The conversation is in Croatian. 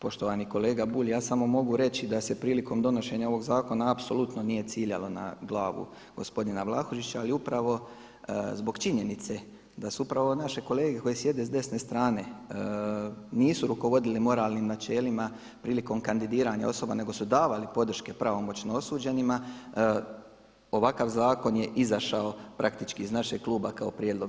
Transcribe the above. Poštovani kolega Bulj, ja samo mogu reći da se prilikom donošenja ovog zakona apsolutno nije ciljalo na glavu gospodina Vlahušića, ali upravo zbog činjenica da su upravo naše kolege koji sjede s desne strane nisu rukovodili moralnim načelima prilikom kandidiranja osoba nego su davali podrške pravomoćno osuđenima ovakav zakon je izašao praktički iz našeg kluba kao prijedlog.